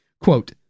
Quote